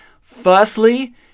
firstly